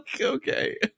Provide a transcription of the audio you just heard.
okay